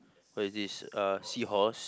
what is this uh seahorse